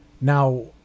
Now